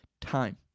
time